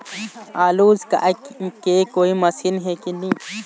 आलू उसकाय के कोई मशीन हे कि नी?